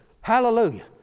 Hallelujah